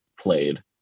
played